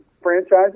franchises